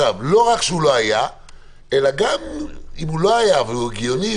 לא רק שהוא לא היה אלא גם אם הוא לא היה אבל הוא הגיוני,